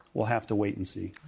we'll have to wait and see.